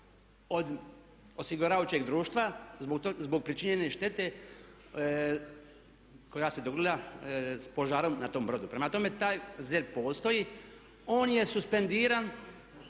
od osiguravajućeg društva zbog pričinjene štete koja se dogodila s požarom na tom brodu. Prema tome, taj ZERP postoji, on je suspendiran